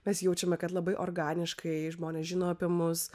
mes jaučiame kad labai organiškai žmonės žino apie mus